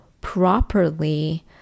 properly